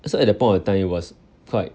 so at that point of time it was quite